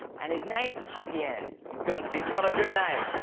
and his name is javier. he's got he's got a good name.